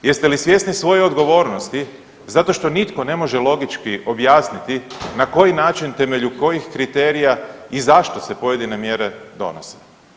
Jeste li svjesni svoje odgovornosti zato što nitko ne može logički objasniti na koji način i temelju kojih kriterija i zašto se pojedine mjere donose?